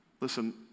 Listen